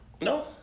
No